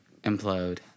implode